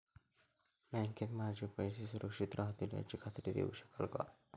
बँकेत माझे पैसे सुरक्षित राहतील याची खात्री देऊ शकाल का?